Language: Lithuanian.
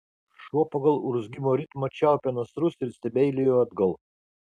šuo pagal urzgimo ritmą čiaupė nasrus ir stebeilijo atgal